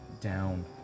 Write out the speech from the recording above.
down